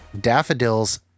daffodils